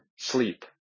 sleep